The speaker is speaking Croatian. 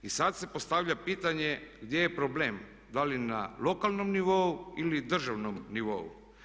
I sad se postavlja pitanje gdje je problem, da li na lokalnom nivou ili državnom nivou.